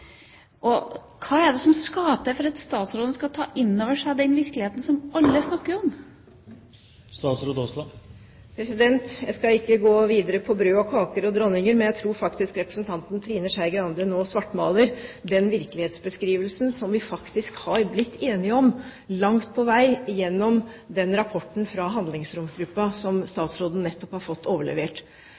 Hva er det som skal til for at statsråden skal ta inn over seg den virkeligheten som alle snakker om? Jeg skal ikke gå videre på brød og kaker og dronninger, men jeg tror faktisk representanten Trine Skei Grande nå svartmaler den virkelighetsbeskrivelsen som vi faktisk langt på vei har blitt enige om, gjennom den rapporten fra handlingsromgruppen som statsråden nettopp har fått overlevert.